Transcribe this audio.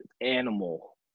animal